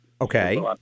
Okay